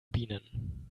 bienen